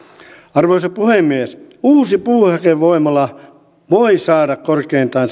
arvoisa puhemies uusi puuhakevoimala voi saada korkeintaan